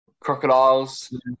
crocodiles